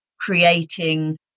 creating